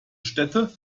städte